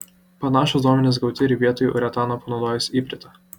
panašūs duomenys gauti ir vietoj uretano panaudojus ipritą